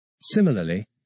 Similarly